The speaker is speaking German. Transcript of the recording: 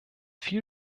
viel